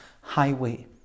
highway